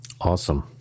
Awesome